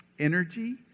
Energy